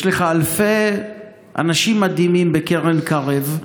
יש לך אלפי אנשים מדהימים בקרן קרב,